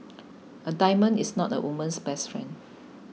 a diamond is not a woman's best friend